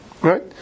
Right